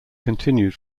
continued